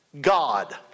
God